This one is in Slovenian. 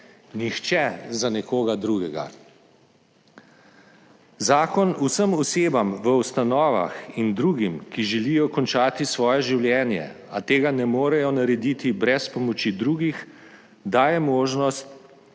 nihče za nekoga drugega. Zakon vsem osebam v ustanovah in drugim, ki želijo končati svoje življenje, a tega ne morejo narediti brez pomoči drugih, daje možnost,